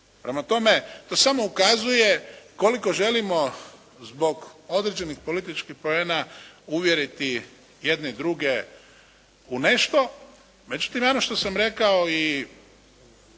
Prema tome, to samo ukazuje koliko želimo zbog određenih političkih poena uvjeriti jedni druge u nešto. Međutim, ono što sam rekao i